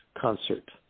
concert